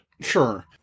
Sure